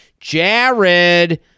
Jared